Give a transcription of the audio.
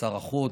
שר החוץ.